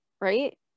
right